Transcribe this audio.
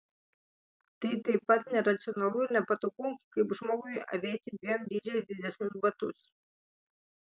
tai taip pat neracionalu ir nepatogu kaip žmogui avėti dviem dydžiais didesnius batus